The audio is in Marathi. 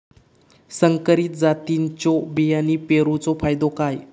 संकरित जातींच्यो बियाणी पेरूचो फायदो काय?